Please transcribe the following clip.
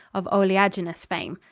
of oleaginous fame.